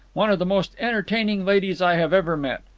one of the most entertaining ladies i have ever met.